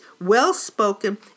well-spoken